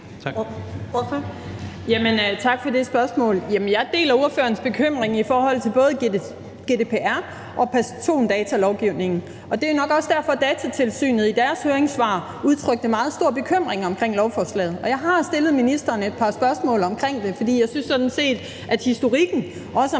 Tak for det spørgsmål. Jeg deler spørgerens bekymring i forhold til både GDPR og persondatalovgivningen, og her har Datatilsynet i deres høringssvar også udtrykt meget stor bekymring omkring lovforslaget. Jeg har stillet ministeren et par spørgsmål om det, for jeg synes sådan set, at historikken, også